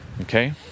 Okay